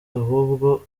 ahubwo